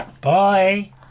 Bye